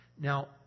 Now